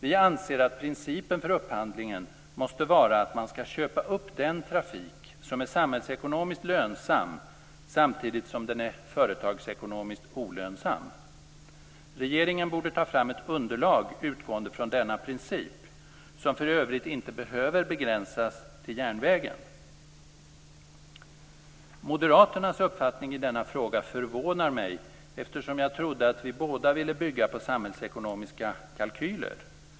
Vi anser att principen för upphandlingen måste vara att man skall köpa upp den trafik som är samhällsekonomiskt lönsam samtidigt som den är företagsekonomiskt olönsam. Regeringen borde ta fram ett underlag utgående från denna princip, som för övrigt inte behöver begränsas till järnvägen. Moderaternas uppfattning i denna fråga förvånar mig, eftersom jag trodde att vi båda ville bygga på samhällsekonomiska kalkyler.